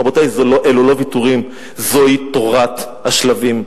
רבותי, אלה לא ויתורים, זוהי תורת השלבים.